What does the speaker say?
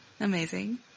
Amazing